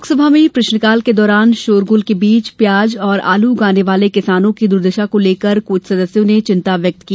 लोकसभा में प्रश्नकाल के दौरान शोरगुल के बीच प्याज और आलू उगाने वाले किसानों की दुर्दशा को लेकर कुछ सदस्यों ने चिन्ता व्यक्त की